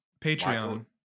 Patreon